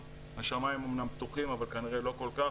השמיים אמנם פתוחים אבל כנראה לא כל כך,